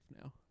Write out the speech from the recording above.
now